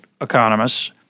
economists